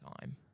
time